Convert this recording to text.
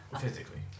physically